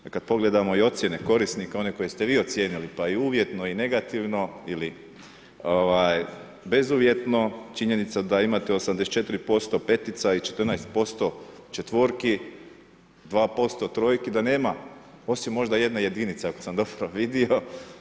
Kad pogledamo i ocjene korisnika, one koje ste vi ocijenili, pa i uvjetno i negativno ili bezuvjetno, činjenica da imate 84% petica i 14% četvorki, 2% trojki, da nema, osim možda jedne jedinice, ako sam dobro vidio.